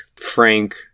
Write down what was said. Frank